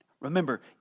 remember